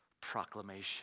proclamation